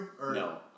No